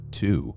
two